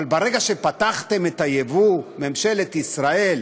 אבל ברגע שפתחתם את הייבוא, ממשלת ישראל,